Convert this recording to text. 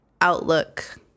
outlook